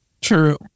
True